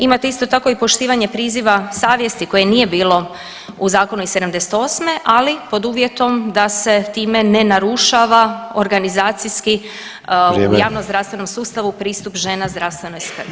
Imate isto tako i poštivanje prizva savjesti koje nije bilo u zakonu iz '78., ali pod uvjetom da se time ne narušava organizacijski [[Upadica Sanader: Vrijeme.]] u javnozdravstvenom sustavu pristup žena zdravstvenoj skrbi.